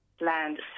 land